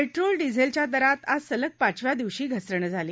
petrol डिझेलच्या दरात आज सलग पाचव्या दिवशी घसरण झाली